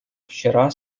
вчера